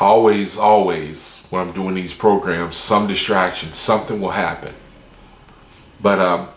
always always when i'm doing these programs some distraction something will happen but u